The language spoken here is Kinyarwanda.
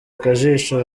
akajisho